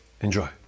Enjoy